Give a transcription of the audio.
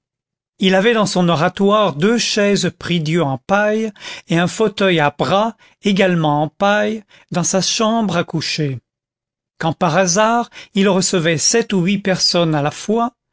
il avait dans son oratoire deux chaises prie-dieu en paille et un fauteuil à bras également en paille dans sa chambre à coucher quand par hasard il recevait sept ou huit personnes à la fois